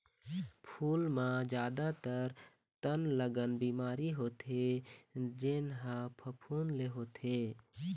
फूल म जादातर तनगलन बिमारी होथे जेन ह फफूंद ले होथे